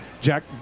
Jack